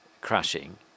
crashing